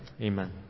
Amen